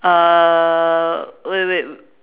uh wait wait